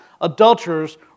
adulterers